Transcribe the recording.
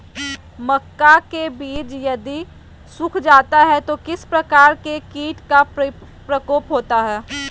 मक्का के बिज यदि सुख जाता है तो किस प्रकार के कीट का प्रकोप होता है?